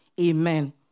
Amen